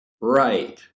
Right